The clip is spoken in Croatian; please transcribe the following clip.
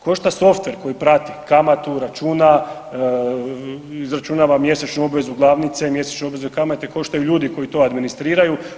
Košta software koji prati kamatu, računa, izračunava mjesečnu obvezu glavnice, mjesečne obveze i kamate, koštaju ljudi koji to administriraju.